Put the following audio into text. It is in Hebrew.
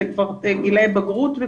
זה כבר גילאי בגרות.